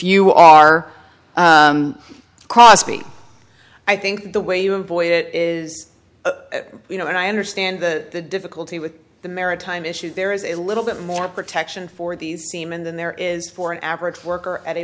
you are cosby i think the way you avoid it is you know and i understand the difficulty with the maritime issues there is a little bit more protection for these seamen then there is for average worker at a